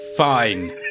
Fine